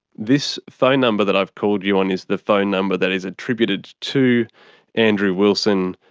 this phone number that i've called you on is the phone number that is attributed to andrew wilson.